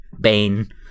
bane